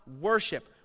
worship